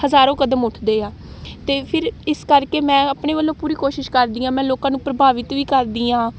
ਹਜ਼ਾਰੋਂ ਕਦਮ ਉੱਠਦੇ ਆ ਅਤੇ ਫਿਰ ਇਸ ਕਰਕੇ ਮੈਂ ਆਪਣੇ ਵੱਲੋਂ ਪੂਰੀ ਕੋਸ਼ਿਸ਼ ਕਰਦੀ ਹਾਂ ਮੈਂ ਲੋਕਾਂ ਨੂੰ ਪ੍ਰਭਾਵਿਤ ਵੀ ਕਰਦੀ ਹਾਂ